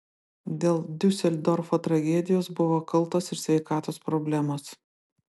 dėl diuseldorfo tragedijos buvo kaltos ir sveikatos problemos